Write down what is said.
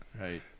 right